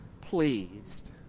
pleased